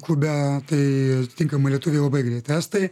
klube tai atitinkamai lietuviai labai greitai estai